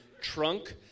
trunk